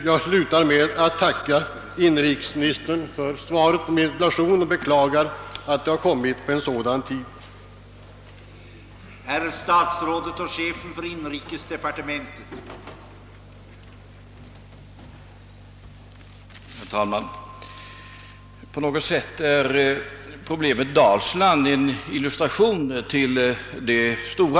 Jag tackar inrikesministern för svaret och beklagar att det har lämnats vid denna tidpunkt.